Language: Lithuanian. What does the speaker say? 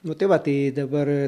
nu tai va tai dabar